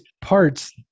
parts